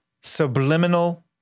subliminal